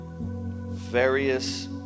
various